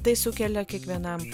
tai sukelia kiekvienam